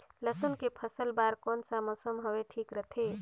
लसुन के फसल बार कोन सा मौसम हवे ठीक रथे?